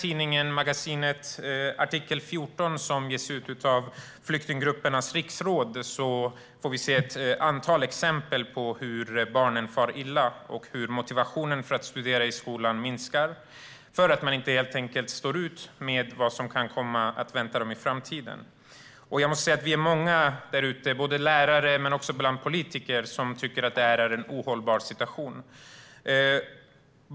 I magasinet Artikel 14, som ges ut av Flyktinggruppernas riksråd, får vi se ett antal exempel på hur barn far illa och hur motivationen för att studera i skolan minskar för att man helt enkelt inte står ut med vad som kan vänta i framtiden. Vi är många där ute, både lärare och politiker, som tycker att detta är en ohållbar situation.